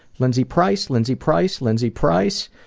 lindsey price, lindsey price, lindsey price,